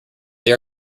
they